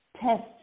test